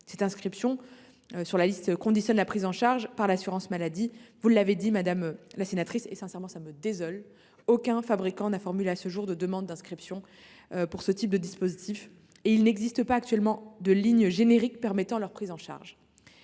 liste. L’inscription sur la liste conditionne la prise en charge par l’assurance maladie. Comme vous l’avez dit, madame la sénatrice, et cela me désole, aucun fabricant n’a formulé à ce jour de demande d’inscription pour ce type de dispositif, et il n’existe pas, actuellement, de ligne générique permettant leur prise en charge.